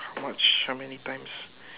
how much how many times